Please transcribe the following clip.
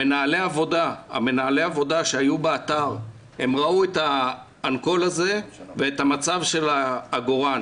מנהלי העבודה שהיו באתר ראו את האנקול הזה ואת המצב של העגורן